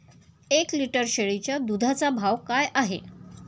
एक लिटर शेळीच्या दुधाचा भाव काय आहे?